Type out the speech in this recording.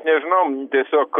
nežinau tiesiog